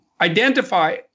identify